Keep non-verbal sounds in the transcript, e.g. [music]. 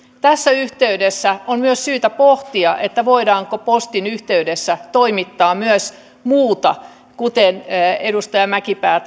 tässä yhteydessä on myös syytä pohtia voidaanko postin yhteydessä toimittaa myös muuta kuten edustaja mäkipää [unintelligible]